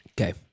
Okay